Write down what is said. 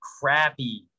crappy